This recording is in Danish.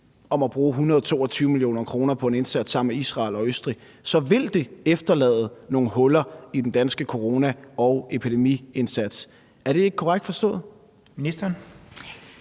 om at bruge 122 mio. kr. på en indsats sammen med Israel og Østrig, så vil efterlade nogle huller i den danske corona- og epidemiindsats. Er det ikke korrekt forstået? Kl.